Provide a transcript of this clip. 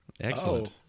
Excellent